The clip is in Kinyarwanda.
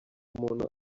umuntu